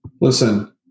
Listen